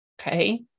Okay